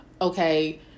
Okay